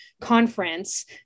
conference